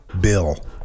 Bill